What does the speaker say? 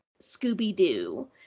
Scooby-Doo